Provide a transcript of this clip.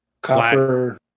Copper